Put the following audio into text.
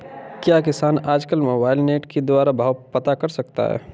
क्या किसान आज कल मोबाइल नेट के द्वारा भाव पता कर सकते हैं?